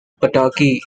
pataki